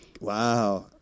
Wow